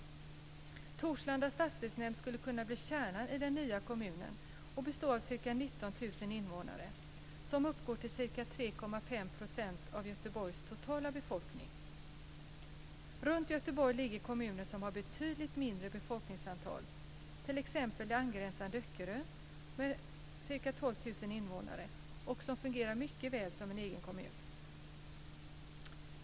Torslanda stadsdelsnämnd skulle bli kärnan i den nya kommunen. Den består av ca 19 000 invånare, vilket är ca 3,5 % av Göteborgs totala befolkning. Runt Göteborg ligger kommuner som har betydligt mindre befolkningsantal, t.ex. angränsande Öckerö med ca 12 000 invånare som fungerar mycket väl som en egen kommun.